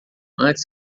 antes